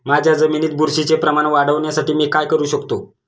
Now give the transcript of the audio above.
माझ्या जमिनीत बुरशीचे प्रमाण वाढवण्यासाठी मी काय करू शकतो?